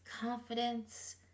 confidence